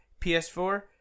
PS4